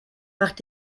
macht